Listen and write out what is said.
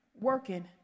working